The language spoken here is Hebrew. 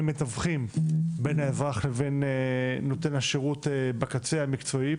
מתווכים בין האזרח לבין נותן השירות בקצה המקצועי.